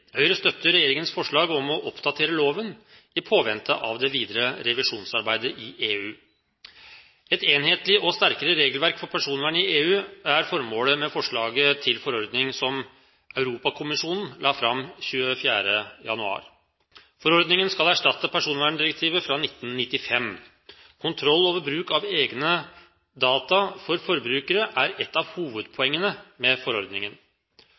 Høyre støtter regjeringens forslag om å oppdatere loven, i påvente av det videre revisjonsarbeidet i EU. Et enhetlig og sterkere regelverk for personvern i EU er formålet med forslaget til forordning som Europakommisjonen la fram 24. januar. Forordningen skal erstatte personverndirektivet fra 1995. Kontroll over bruk av egne data for forbrukere er et av hovedpoengene med forordningen.